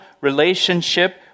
relationship